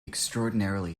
extraordinarily